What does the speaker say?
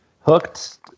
hooked